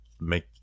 make